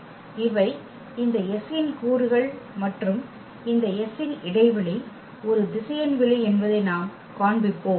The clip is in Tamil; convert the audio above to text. இவை இந்த S இன் கூறுகள் மற்றும் இந்த S இன் இடைவெளி ஒரு திசையன் வெளி என்பதை நாம் காண்பிப்போம்